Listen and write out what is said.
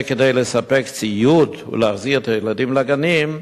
כדי לספק ציוד ולהחזיר את הילדים לגנים: